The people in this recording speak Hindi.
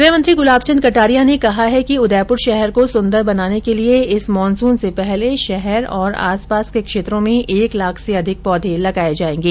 गृहमंत्री गुलाबचंद कटारिया ने कहा है कि उदयपुर शहर को सुंदर बनाने के लिये इस मानसुन से पहले शहर और आसपास के क्षेत्रों में एक लाख से अधिक पौर्ध लगाये जायेंगे